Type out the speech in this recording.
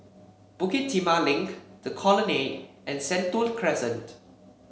Bukit Timah Link The Colonnade and Sentul Crescent